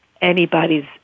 anybody's